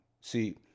See